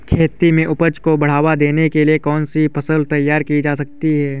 खेती में उपज को बढ़ावा देने के लिए कौन सी फसल तैयार की जा सकती है?